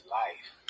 life